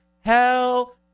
hell